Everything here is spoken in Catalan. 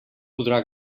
podrà